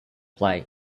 play